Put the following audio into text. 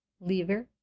Lever